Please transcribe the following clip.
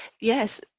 Yes